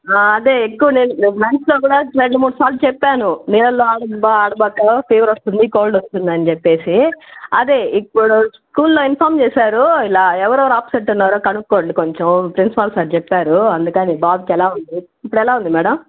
అదే ఎక్కువ లంచ్లో కూడా రెండు మూడు సార్లు చెప్పాను నీళ్ళల్లో బాగా ఆడబాక ఫీవర్ వస్తుంది కోల్డ్ వస్తుంది అని చెప్పేసి అదే ఇప్పుడు స్కూల్ల్లో ఇన్ఫార్మ్ చేశారు ఇలా ఎవరెవరు అబ్సెంట్ ఉన్నారో అని కనుక్కోండి కొంచెం ప్రిన్సిపల్ సార్ చెప్పారు అందుకని బాబుకి ఎలా ఉంది ఇప్పుడు ఎలా ఉంది మేడం